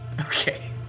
Okay